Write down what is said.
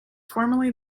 formerly